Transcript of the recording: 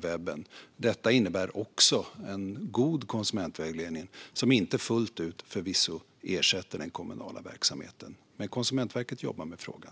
webben. Detta innebär också en god konsumentvägledning, som förvisso inte ersätter den kommunala verksamheten fullt ut. Men Konsumentverket jobbar med frågan.